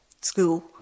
school